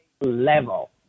level